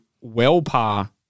well-par